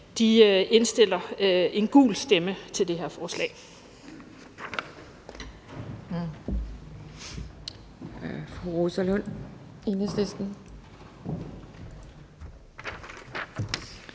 de indstiller en gul stemme til det her lovforslag.